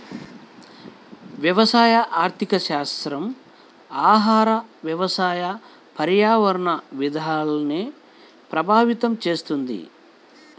వ్యవసాయ ఆర్థికశాస్త్రం ఆహార, వ్యవసాయ, పర్యావరణ విధానాల్ని ప్రభావితం చేస్తుంది